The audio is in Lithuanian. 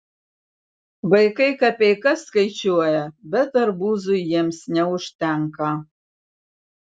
vaikai kapeikas skaičiuoja bet arbūzui jiems neužtenka